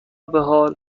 بحال